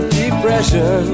depression